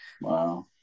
Wow